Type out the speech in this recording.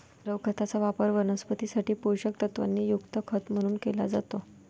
द्रव खताचा वापर वनस्पतीं साठी पोषक तत्वांनी युक्त खत म्हणून केला जातो